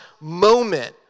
moment